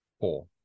Four